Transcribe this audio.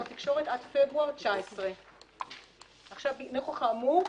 התקשורת עד פברואר 2019. נוכח האמור,